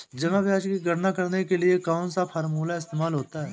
जमा ब्याज की गणना करने के लिए कौनसा फॉर्मूला इस्तेमाल होता है?